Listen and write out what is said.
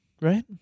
right